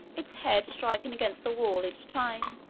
its head striking against the wall each time,